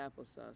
applesauce